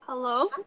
Hello